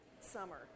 summer